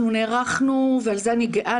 אנחנו נערכנו ועל כך אני גאה,